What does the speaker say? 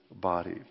body